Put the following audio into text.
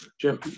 Jim